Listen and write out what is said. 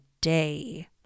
day